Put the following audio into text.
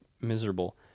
miserable